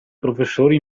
professori